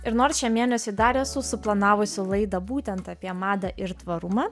ir nors šiam mėnesiui dar esu suplanavusi laidą būtent apie madą ir tvarumą